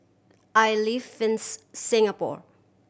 I live in Singapore